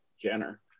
Jenner